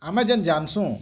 ଆମେ ଯେନ୍ ଯାନିସୁ୍